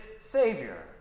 Savior